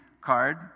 card